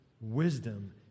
wisdom